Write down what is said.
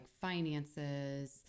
finances